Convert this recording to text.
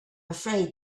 afraid